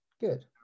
good